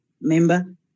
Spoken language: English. Member